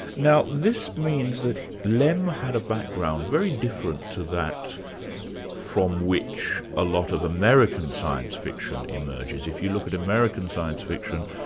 now this means that lem had a background very different to that from which a lot of american science fiction emerges. if you look at american science fiction,